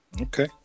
Okay